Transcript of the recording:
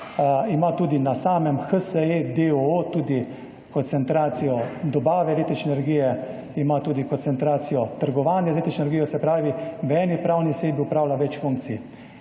Ima tudi na samem HSE, d. o. o., koncentracijo dobave električne energije, ima tudi koncentracijo trgovanja z električno energijo, se pravi, da v eni pravni osebi opravlja več funkcij.